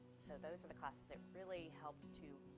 so those are the classes that really helped to